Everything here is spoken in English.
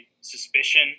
suspicion